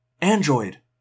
Android